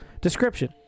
Description